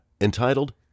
entitled